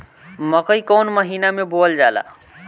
मकई कौन महीना मे बोअल जाला?